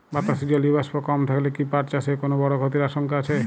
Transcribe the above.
বাতাসে জলীয় বাষ্প কম থাকলে কি পাট চাষে কোনো বড় ক্ষতির আশঙ্কা আছে?